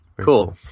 cool